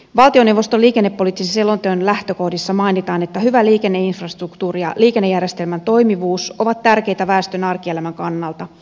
valtioneuvoston liikennepoliittisen selonteon lähtökohdissa mainitaan että hyvä liikenneinfrastruktuuri ja liikennejärjestelmän toimivuus ovat tärkeitä väestön arkielämän kannalta